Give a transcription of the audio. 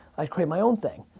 i'd create my own thing.